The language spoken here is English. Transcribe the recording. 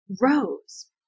rose